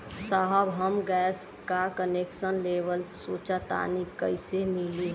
साहब हम गैस का कनेक्सन लेवल सोंचतानी कइसे मिली?